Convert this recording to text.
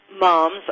moms